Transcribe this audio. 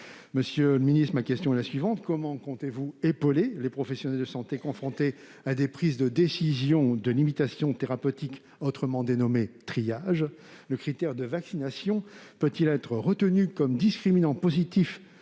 Monsieur le ministre, comment comptez-vous épauler les professionnels de santé confrontés à des prises de décisions de limitation thérapeutique, autrement dénommée triage ? Le critère de vaccination peut-il être retenu comme discriminant positif